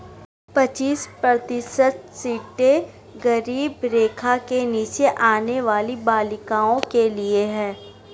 पच्चीस प्रतिशत सीटें गरीबी रेखा के नीचे आने वाली बालिकाओं के लिए है